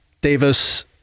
Davis